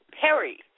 perry